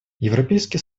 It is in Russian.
европейский